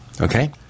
okay